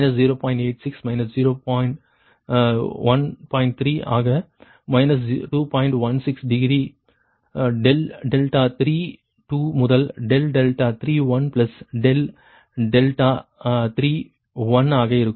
16 degree 3 முதல் 3 ∆3 ஆக இருக்கும் 3